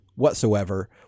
whatsoever